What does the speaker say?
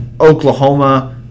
Oklahoma